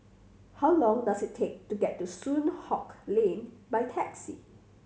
how long does it take to get to Soon Hock Lane by taxi